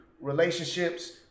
relationships